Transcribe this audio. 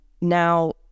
Now